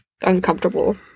uncomfortable